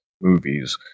movies